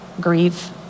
grieve